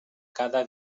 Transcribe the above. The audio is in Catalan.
cada